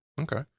Okay